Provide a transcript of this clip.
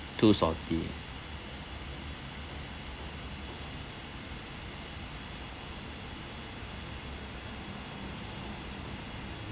too salty